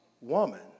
woman